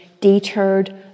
deterred